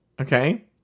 Okay